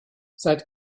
seit